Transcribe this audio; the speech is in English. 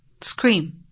Scream